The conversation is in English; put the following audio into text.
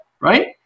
right